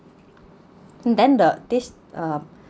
then the this uh